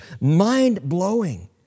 mind-blowing